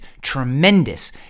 tremendous